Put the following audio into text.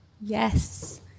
Yes